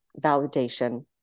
validation